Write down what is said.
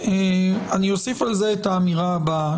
אני אוסיף על זה את האמירה הבאה,